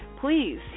please